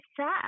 sad